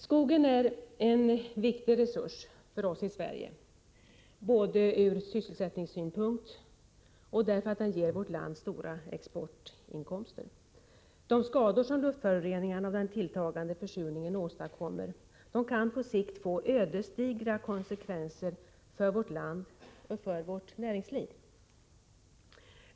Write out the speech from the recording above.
Skogen är en viktig resurs för oss i Sverige både från sysselsättningssynpunkt och därför att den ger vårt land stora exportinkomster. De skador som luftföroreningarna och den tilltagande försurningen åstadkommer kan på sikt få ödesdigra konsekvenser för vårt land och för vårt näringsliv.